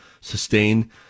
sustain